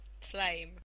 flame